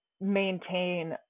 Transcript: maintain